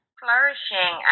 flourishing